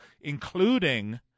including